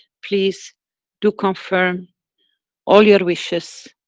please do confirm all your wishes,